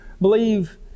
believe